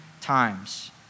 times